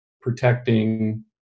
protecting